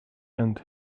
and